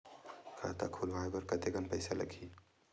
खाता खुलवाय बर कतेकन पईसा लगही?